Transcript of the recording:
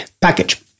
package